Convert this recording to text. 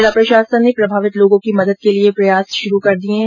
जिला प्रशासन ने प्रभावित लोगों की मदद के लिए प्रयास शुरू कर दिए है